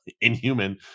inhuman